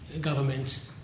government